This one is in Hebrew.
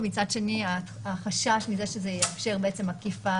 ומצד שני החשש מזה שזה יאפשר בעצם עקיפה